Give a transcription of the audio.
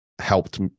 helped